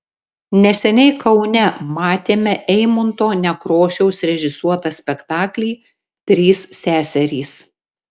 neseniai kaune matėme eimunto nekrošiaus režisuotą spektaklį trys seserys